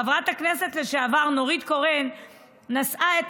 חברת הכנסת לשעבר נורית קורן נשאה את